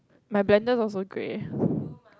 my blender also grey